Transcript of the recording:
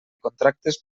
contractes